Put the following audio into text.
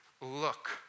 look